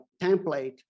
template